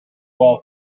wall